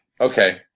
okay